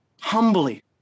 Humbly